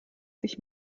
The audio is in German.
sich